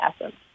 essence